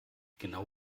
genau